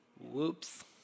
Whoops